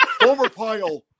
overpile